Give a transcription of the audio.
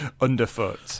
Underfoot